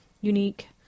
unique